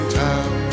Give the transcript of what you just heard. town